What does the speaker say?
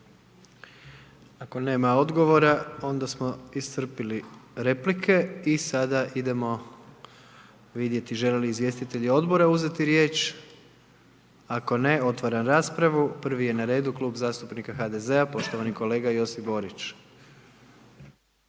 Ako nema odgovora, onda smo iscrpili replike, i sada idemo vidjeti, želi li izvjestitelj odbora uzeti riječ? Ako ne, otvaram raspravu, prvi je na redu Klub zastupnika HDZ-a poštovani kolega Josip Borić.